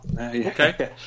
okay